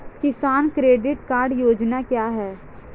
किसान credit card योजना क्या है?